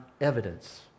evidence